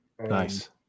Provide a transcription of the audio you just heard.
Nice